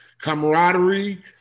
camaraderie